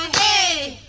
a